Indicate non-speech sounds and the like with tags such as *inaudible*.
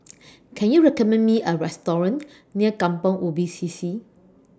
*noise* Can YOU recommend Me A Restaurant near Kampong Ubi C C